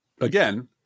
Again